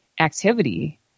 activity